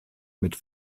mit